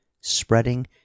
spreading